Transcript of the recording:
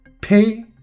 Pay